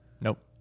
Nope